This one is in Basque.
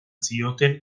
zioten